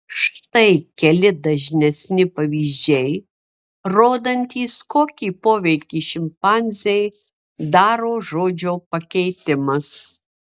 štai keli dažnesni pavyzdžiai rodantys kokį poveikį šimpanzei daro žodžio pakeitimas